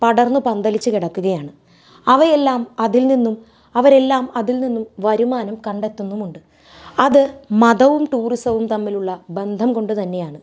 പടർന്നു പന്തലിച്ച് കിടക്കുകയാണ് അവയെല്ലാം അതിൽ നിന്നും അവരെല്ലാം അതിൽ നിന്നും വരുമാനം കണ്ടെത്തുന്നുമുണ്ട് അത് മതവും ടൂറിസവും തമ്മിലുള്ള ബന്ധം കൊണ്ട് തന്നെയാണ്